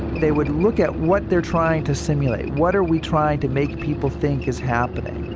they would look at what they're trying to simulate, what are we trying to make people think is happening?